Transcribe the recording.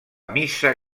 missa